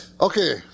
Okay